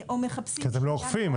כי אתם לא אוכפים.